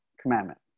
commandment